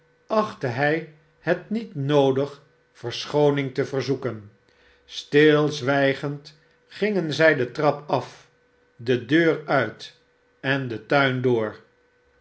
achtte hij het niet noodig verschooning te verzoeken stilzwijgend gingen zij de trap af de deur uit en den tuin door